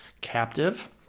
captive